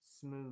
smooth